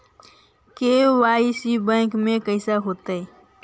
KYC bank में कैसे होतै?